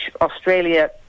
Australia